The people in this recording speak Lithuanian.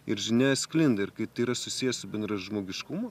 ir žinia sklinda ir kai tai yra susiję su bendražmogiškumu